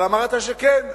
אבל אמרת שכן,